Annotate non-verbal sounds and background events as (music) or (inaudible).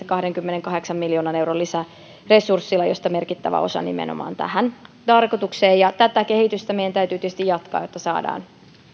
(unintelligible) kahdenkymmenenkahdeksan miljoonan euron lisäresurssilla josta merkittävä osa nimenomaan tähän tarkoitukseen tätä kehitystä meidän täytyy tietysti jatkaa jotta saadaan